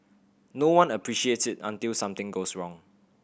no one appreciates it until something goes wrong